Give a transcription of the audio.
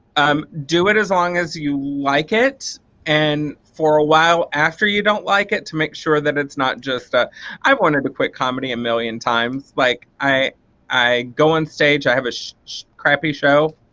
um do it as long as you like it and for a while after you don't like it to make sure that it's not just a i've wanted to quit comedy a million times. like i i go on stage i have a crappy show,